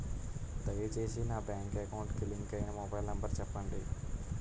దయచేసి నా bank account కి లింక్ అయినా మొబైల్ నంబర్ చెప్పండి